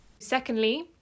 Secondly